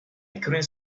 couldn’t